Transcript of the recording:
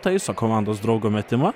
taiso komandos draugo metimą